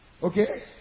Okay